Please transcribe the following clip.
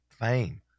fame